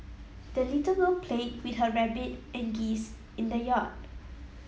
the little girl played with her rabbit and geese in the yard